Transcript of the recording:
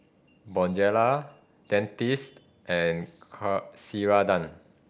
Bonjela Dentiste and Ceradan